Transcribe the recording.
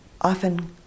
often